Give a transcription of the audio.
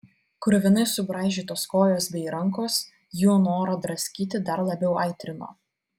kruvinai subraižytos kojos bei rankos jų norą draskyti dar labiau aitrino